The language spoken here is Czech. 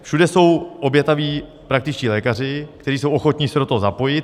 Všude jsou obětaví praktičtí lékaři, kteří jsou ochotni se do toho zapojit.